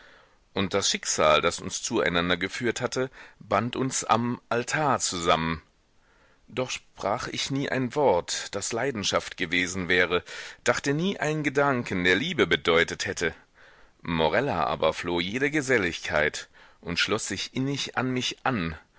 und das schicksal das uns zueinander geführt hatte band uns am altar zusammen doch sprach ich nie ein wort das leidenschaft gewesen wäre dachte nie einen gedanken der liebe bedeutet hätte morella aber floh jede geselligkeit und schloß sich innig an mich an